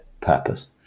purpose